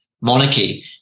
monarchy